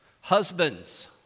Husbands